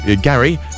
Gary